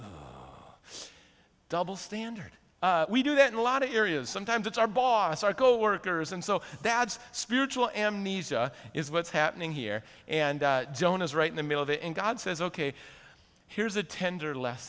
person double standard we do that in a lot of areas sometimes it's our boss our coworkers and so that's spiritual amnesia is what's happening here and joan is right in the middle of it in god says ok here's a tender less